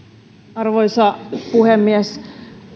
arvoisa puhemies